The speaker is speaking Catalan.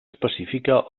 específica